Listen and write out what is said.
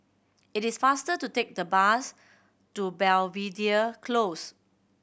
it is faster to take the bus to Belvedere Close